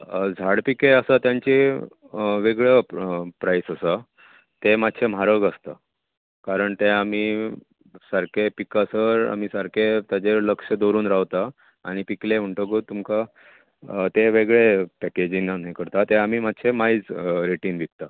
झाड पिके आसा तांचे वेगळो प्र प्रायस आसा ते मात म्हारग आसता कारण ते आमी सारके पिकासर आमी सारके ताजेर लक्ष दवरून रावता आनी पिकले म्हणटोकूच तुमकां ते वेगळे पॅकेजिनान हें करता ते आमी मातशे मायज रेटीन विकता